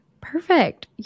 Perfect